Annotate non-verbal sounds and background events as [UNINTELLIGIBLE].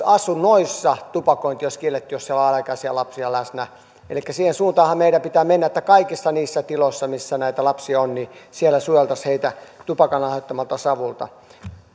[UNINTELLIGIBLE] asunnoissa tupakointi olisi kielletty jos siellä on alaikäisiä lapsia läsnä siihen suuntaanhan meidän pitää mennä että kaikissa niissä tiloissa missä lapsia on suojeltaisiin heitä tupakan aiheuttamalta savulta